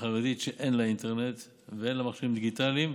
החרדית שאין לה אינטרנט ואין לה מכשירים דיגיטליים.